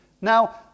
Now